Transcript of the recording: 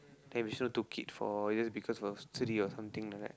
then Vishnu took it for you know is because of Sri or something like that